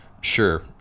sure